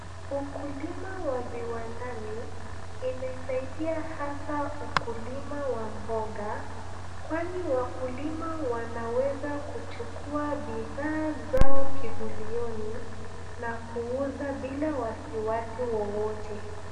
Ukulima wa viwandani imesaidia hasa ukulima wa mboga kwani wakulima wanaweza kuchukua bidhaa zao kigulioni na kuuza bila wasiwasi wowote.